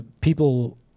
people